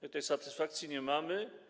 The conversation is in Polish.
My tej satysfakcji nie mamy.